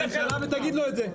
לך לראש הממשלה ותגיד לו את זה.